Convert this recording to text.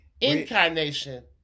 Incarnation